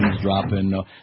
dropping